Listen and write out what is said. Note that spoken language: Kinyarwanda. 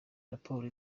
raporo